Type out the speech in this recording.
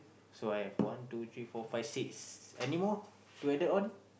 so I have one two three four five six any more to added on